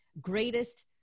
greatest